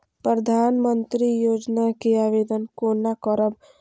प्रधानमंत्री योजना के आवेदन कोना करब?